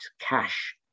cash